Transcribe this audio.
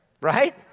Right